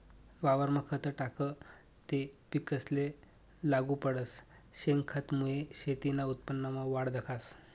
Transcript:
वावरमा खत टाकं ते पिकेसले लागू पडस, शेनखतमुये शेतीना उत्पन्नमा वाढ दखास